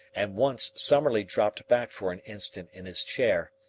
and once summerlee dropped back for an instant in his chair.